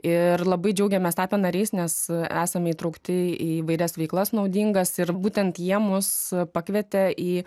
ir labai džiaugiamės tapę nariais nes esame įtraukti į įvairias veiklas naudingas ir būtent jie mus pakvietė į